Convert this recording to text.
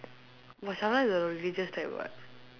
is the religious type [what]